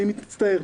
אני מצטער.